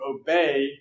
obey